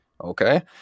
Okay